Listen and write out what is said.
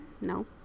No